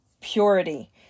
purity